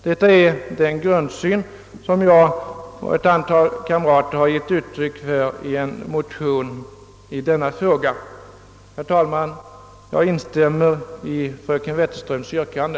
Detta är den grundsyn som ett antal medmotionärer och jag har givit uttryck för i en motion i denna fråga. Herr talman! Jag instämmer i fröken Wetterströms yrkande.